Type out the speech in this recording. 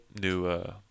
new –